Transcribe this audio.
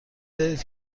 دارید